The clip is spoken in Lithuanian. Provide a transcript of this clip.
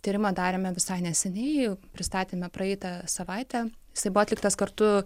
tyrimą darėme visai neseniai pristatėme praeitą savaitę jisai buvo atliktas kartu